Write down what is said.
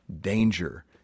danger